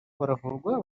baravurwa